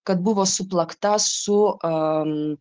kad buvo suplakta su